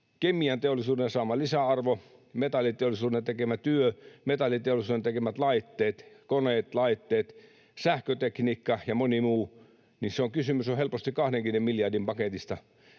kemianteollisuuden saama lisäarvo, metalliteollisuuden tekemä työ, metalliteollisuuden tekemät koneet, laitteet, sähkötekniikka ja moni muu, niin kysymys on helposti 20 miljardin paketista